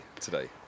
today